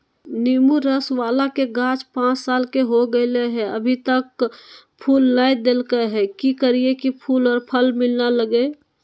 नेंबू रस बाला के गाछ पांच साल के हो गेलै हैं अभी तक फूल नय देलके है, की करियय की फूल और फल मिलना लगे?